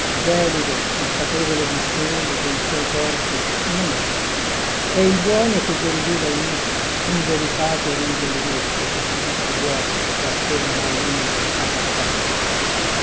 gelido consapevole di sè e dei suoi torti non è cattivo è il buono che desidera il nietzsche in verità derido linetto che si dice buono perchè non ha lugne abbastanza forti